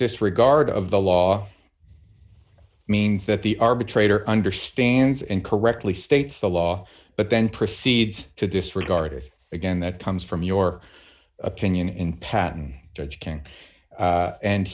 disregard of the law means that the arbitrator understands and correctly states the law but then proceeds to disregard it again that comes from your opinion in patton judge